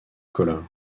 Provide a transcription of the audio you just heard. kola